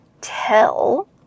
tell